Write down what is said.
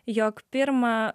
jog pirma